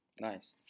Nice